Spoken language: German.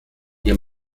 ihr